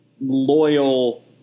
loyal